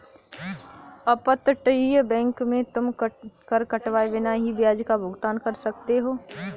अपतटीय बैंक में तुम कर कटवाए बिना ही ब्याज का भुगतान कर सकते हो